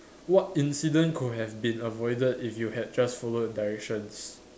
what incident could have been avoided if you had just follow directions